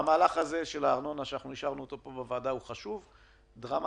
המהלך של הארנונה שאנחנו אישרנו פה בוועדה הוא חשוב ודרמטי.